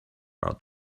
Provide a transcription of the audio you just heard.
are